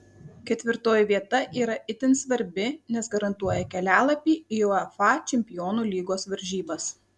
ketvirtoji vieta yra itin svarbi nes garantuoja kelialapį į uefa čempionų lygos varžybas